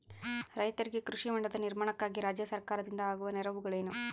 ರೈತರಿಗೆ ಕೃಷಿ ಹೊಂಡದ ನಿರ್ಮಾಣಕ್ಕಾಗಿ ರಾಜ್ಯ ಸರ್ಕಾರದಿಂದ ಆಗುವ ನೆರವುಗಳೇನು?